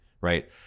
right